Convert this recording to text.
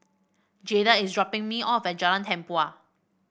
Jayda is dropping me off at Jalan Tempua